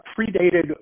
predated